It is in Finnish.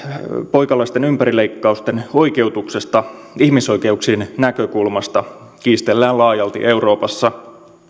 ympärileikkausten oikeutuksesta ihmisoikeuksien näkökulmasta kiistellään laajasti euroopassa